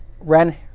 ran